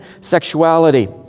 sexuality